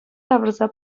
тавӑрса